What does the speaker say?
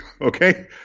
okay